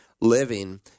living